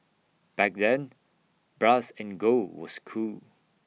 back then brass and gold was cool